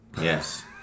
Yes